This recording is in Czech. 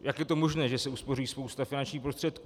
Jak je to možné, že se uspoří spousta finančních prostředků?